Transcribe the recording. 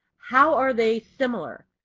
how are they similar?